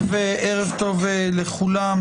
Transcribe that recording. ערב טוב לכולם,